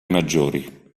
maggiori